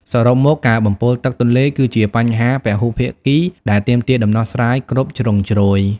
សរុបមក ការបំពុលទឹកទន្លេគឺជាបញ្ហាពហុភាគីដែលទាមទារដំណោះស្រាយគ្រប់ជ្រុងជ្រោយ។